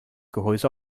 gehäuse